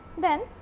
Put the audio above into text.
then,